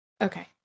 Okay